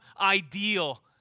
ideal